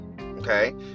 Okay